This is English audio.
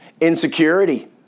Insecurity